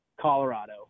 colorado